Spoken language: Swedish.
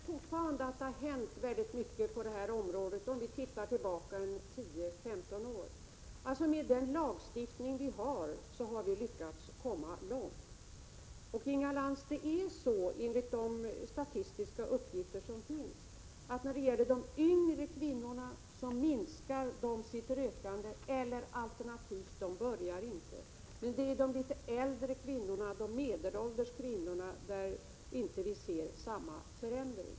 Herr talman! Jag tycker fortfarande att det har hänt väldigt mycket på det här området, om vi tittar tillbaka 10-15 år. Med den lagstiftning som gäller, har vi lyckats komma långt. Enligt de statistiska uppgifter som finns, Inga Lantz, minskar de yngre kvinnorna sitt rökande, alternativt de börjar inte röka. Det är bland de litet äldre kvinnorna, bland de medelålders kvinnorna, vi inte ser samma förändring.